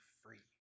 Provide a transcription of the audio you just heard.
free